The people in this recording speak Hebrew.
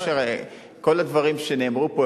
כל הדברים שנאמרו פה,